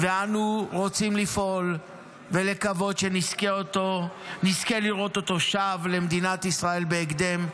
אנו רוצים לפעול ולקוות שנזכה לראות אותו שב במדינת ישראל בהקדם,